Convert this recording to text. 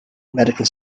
medical